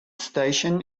station